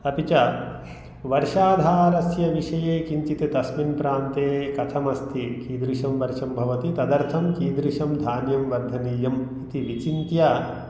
अपि च वर्षाधारस्य विषये किञ्चित् तस्मिन् प्रान्ते कथम् अस्ति कीदृशं वर्षं भवति तदर्थं कीदृशं धान्यं वर्धनीयम् इति विचिन्त्य